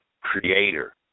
creator